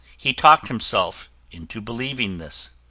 he talked himself into believing this.